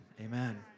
amen